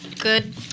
good